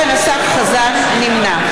נמנע